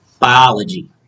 biology